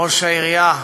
ראש העירייה,